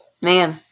Man